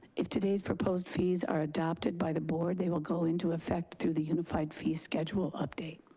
if today's proposed fees are adopted by the board, they will go into effect through the unified fees schedule update.